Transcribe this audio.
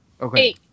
Okay